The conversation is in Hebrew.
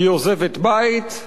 היא עוזבת בית,